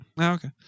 okay